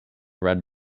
red